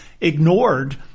ignored